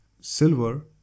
silver